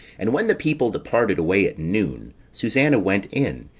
and when the people departed away at noon, susanna went in,